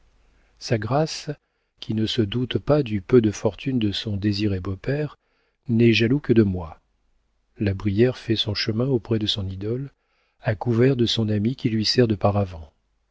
sa grâce qui ne se doute pas du peu de fortune de son désiré beau-père n'est jaloux que de moi la brière fait son chemin auprès de son idole à couvert de son ami qui lui sert de